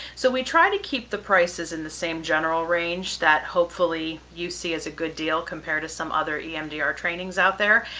so we try to keep the prices in the same general range that hopefully you see as a good deal, compared to some other emdr trainings out there.